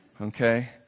Okay